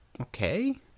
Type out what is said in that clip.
okay